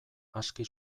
aski